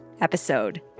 episode